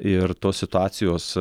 ir tos situacijos